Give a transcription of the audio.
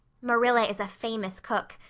marilla is a famous cook.